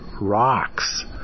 rocks